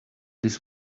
this